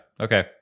Okay